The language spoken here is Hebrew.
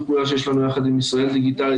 פעולה שיש לנו יחד עם ישראל דיגיטלית.